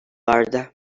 vardı